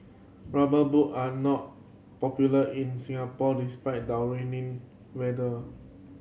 rubber boot are not popular in Singapore despited our rainy weather